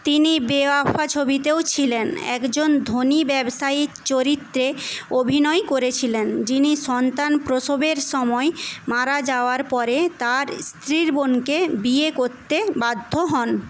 তিনি বেওয়াফা ছবিতেও ছিলেন একজন ধনী ব্যবসায়ীর চরিত্রে অভিনয় করেছিলেন যিনি সন্তান প্রসবের সময় মারা যাওয়ার পরে তাঁর স্ত্রীর বোনকে বিয়ে করতে বাধ্য হন